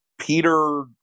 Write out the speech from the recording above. Peter